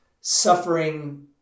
suffering